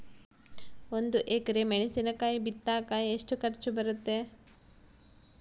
ಒಂದು ಎಕರೆ ಮೆಣಸಿನಕಾಯಿ ಬಿತ್ತಾಕ ಎಷ್ಟು ಖರ್ಚು ಬರುತ್ತೆ?